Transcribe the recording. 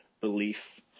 belief